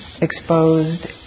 exposed